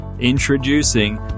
Introducing